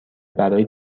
برای